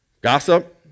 Gossip